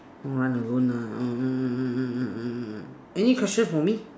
run alone ah any question for me